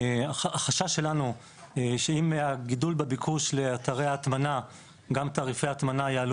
חשש שלנו שעם הגידול בביקוש לאתרי הטמנה גם תעריפי הטמנה יעלו